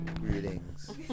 greetings